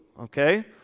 okay